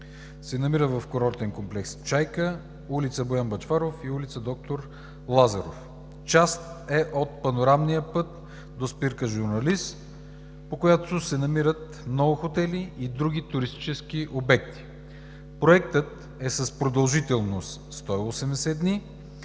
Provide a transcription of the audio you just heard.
се намира в курортен комплекс „Чайка“ – ул. „Боян Бъчваров“ и ул. „Доктор Лазаров“. Част е от Панорамния път до спирка „Журналист“, по която се намират много хотели и други туристически обекти. Проектът е с продължителност 180 дни,